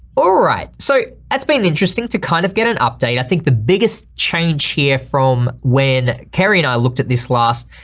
all right, so that's been interesting to kind of get an update, i think the biggest change here from when carrie and i looked at this last,